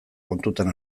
kontuan